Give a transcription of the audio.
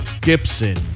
Gibson